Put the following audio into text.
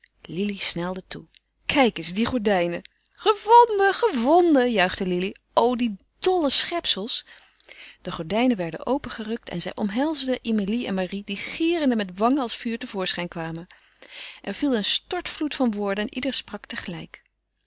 lili snelde toe kijk eens die gordijnen gevonden gevonden juichte lili o die dolle schepsels de gordijnen werden opengerukt en zij omhelsden emilie en marie die gierende met wangen als vuur te voorschijn kwamen er viel een stortvloed van woorden en ieder sprak tegelijk